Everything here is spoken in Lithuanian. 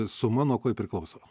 suma nuo ko ji priklauso